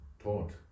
Taught